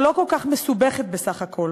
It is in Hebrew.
הלא-כל-כך מסובכת בסך הכול,